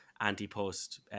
anti-post